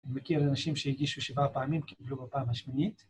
אני מכיר אנשים שהגישו שבעה פעמים קיבלו בפעם השמינית